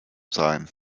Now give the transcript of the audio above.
sein